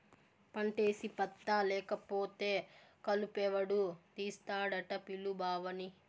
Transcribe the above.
పంటేసి పత్తా లేకపోతే కలుపెవడు తీస్తాడట పిలు బావని